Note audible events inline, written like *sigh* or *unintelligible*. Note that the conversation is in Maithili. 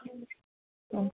*unintelligible*